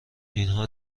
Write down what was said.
اینها